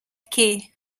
que